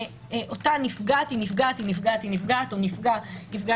אותה נפגעת היא נפגעת או נפגע הוא נפגע